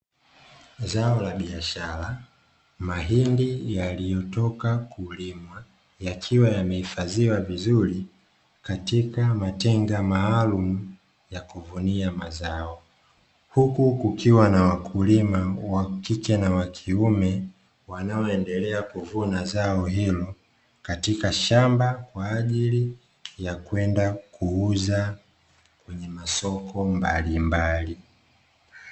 Zao la biashara mahindi yaliyotika kulimwa, yakiwa yamehifadhiwa vizuri katika matenga maalumu ya kuvunia mazao, huku kukiwa na wakulima wakike na wa kiume, wanaoendelea kuvuna zao hilo katika shamba kwa ajili ya kwenda kuuza kwenye masoko mbalimbali.